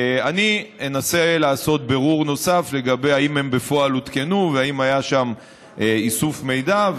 אני אנסה לעשות בירור נוסף אם הן בפועל הותקנו ואם היה שם איסוף מידע,